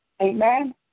Amen